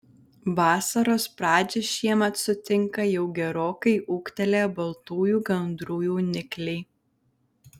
vasaros pradžią šiemet sutinka jau gerokai ūgtelėję baltųjų gandrų jaunikliai